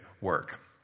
work